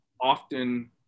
often